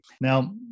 Now